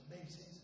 amazing